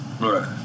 Right